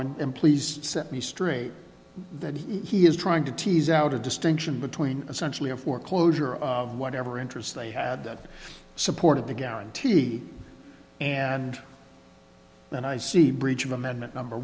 no and please set me straight that he is trying to tease out a distinction between essentially a foreclosure or whatever interest they had supported the guarantee and when i see breach of amendment number